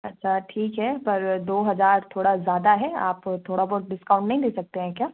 अच्छा ठीक है पर दो हज़ार थोड़ा ज़्यादा है आप थोड़ा बहुत डिस्काउंट नहीं दे सकते हैं क्या